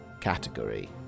category